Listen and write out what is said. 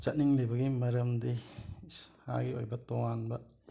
ꯆꯠꯅꯤꯡꯂꯤꯕꯒꯤ ꯃꯔꯝꯗꯤ ꯏꯁꯥꯒꯤ ꯑꯣꯏꯕ ꯇꯣꯉꯥꯟꯕ